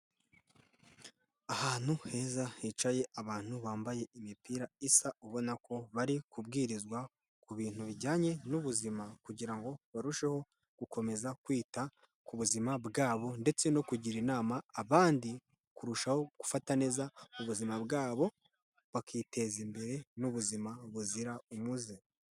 Ahantu heza hicaye abantu bambaye imipira isa, ubona ko bari kubwirizwa ku bintu bijyanye n'ubuzima kugira ngo barusheho gukomeza kwita ku buzima bwabo ndetse no kugira inama abandi, kurushaho gufata neza ubuzima bwabo, bakiteza imbere n'ubuzima buzira umuze.